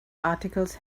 articles